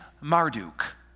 Marduk